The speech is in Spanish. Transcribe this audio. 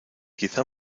quizá